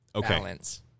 balance